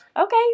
Okay